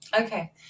Okay